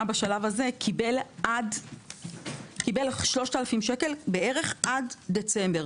בשלב הזה קיבל 3,000 שקל בערך עד דצמבר.